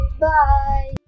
Bye